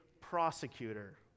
prosecutor